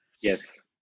yes